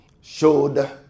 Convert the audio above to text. showed